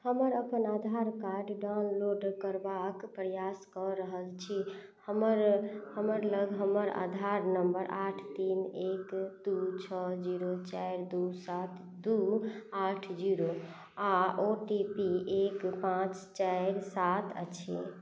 हमर अपन Aadhaar card download करबाक प्रयास कऽ रहल छी हमर हमर लग हमर आधार नम्बर आठ तीन एक दू छओ जीरो चारि दू सात दू आठ जीरो आ ओ टी पी एक पाँच चारि सात अछि